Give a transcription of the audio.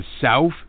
South